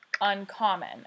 uncommon